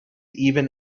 even